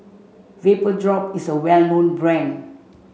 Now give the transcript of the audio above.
Vapodrop is a well known brand